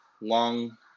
long